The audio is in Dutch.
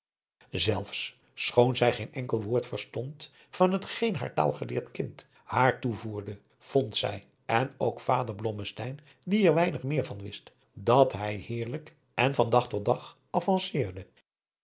zelfs schoon zij geen enkel woord verstond van hetgeen haar taalgeleerd kind haar toevoerde vond zij en ook vader blommesteyn die er weinig meer van wist dat hij heerlijk en van dag tot dag